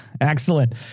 Excellent